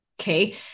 okay